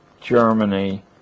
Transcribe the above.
Germany